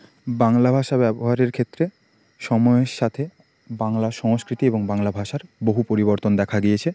বাংলা ভাষা ব্যবহারের ক্ষেত্রে সময়ের সাথে বাংলা সংস্কৃতি এবং বাংলা ভাষার বহু পরিবর্তন দেখা গিয়েছে